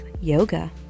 yoga